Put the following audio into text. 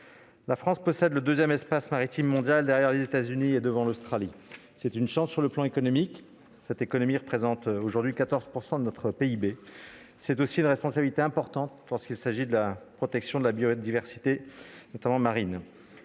La France possède le deuxième espace maritime mondial, derrière les États-Unis et devant l'Australie. C'est une chance sur le plan économique, car cette économie représente aujourd'hui 14 % de notre PIB, mais c'est aussi une responsabilité importante lorsqu'il s'agit de la protection de la biodiversité, notamment marine.